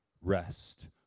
rest